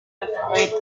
alfabeto